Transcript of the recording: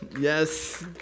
Yes